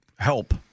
help